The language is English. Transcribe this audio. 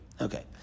Okay